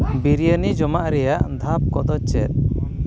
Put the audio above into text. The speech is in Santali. ᱵᱤᱨᱭᱟᱱᱤ ᱡᱚᱢᱟᱜ ᱨᱮᱭᱟᱜ ᱫᱷᱟᱯ ᱠᱚᱫᱚ ᱪᱮᱫ